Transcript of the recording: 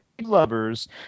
lovers